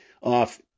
off